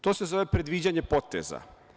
To se zove predviđanje poteza.